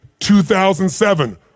2007